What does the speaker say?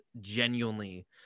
genuinely